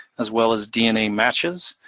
as well as dna matches.